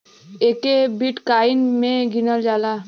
एके बिट्काइन मे गिनल जाला